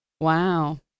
Wow